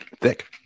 Thick